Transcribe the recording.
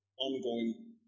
ongoing